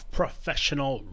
professional